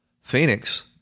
Phoenix